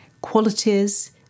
qualities